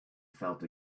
felt